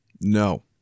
No